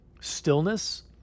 Stillness